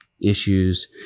issues